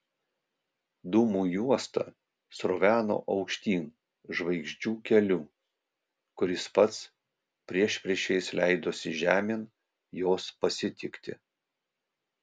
dūmų juosta sroveno aukštyn žvaigždžių keliu kuris pats priešpriešiais leidosi žemėn jos pasitikti